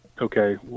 okay